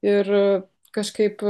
ir kažkaip